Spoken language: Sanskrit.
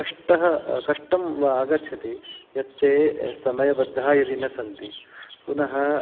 कष्टः कष्टं वा आगच्छति यत् ते समयबद्धाः यदि न सन्ति पुनः